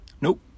Nope